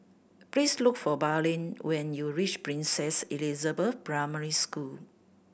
please look for Braylen when you reach Princess Elizabeth Primary School